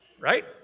right